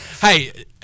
Hey